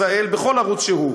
כך,